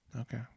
Okay